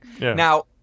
Now